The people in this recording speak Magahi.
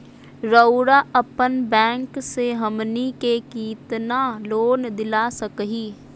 रउरा अपन बैंक से हमनी के कितना लोन दिला सकही?